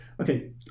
okay